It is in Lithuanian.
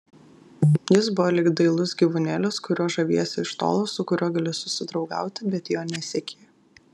jis buvo lyg dailus gyvūnėlis kuriuo žaviesi iš tolo su kuriuo gali susidraugauti bet jo nesieki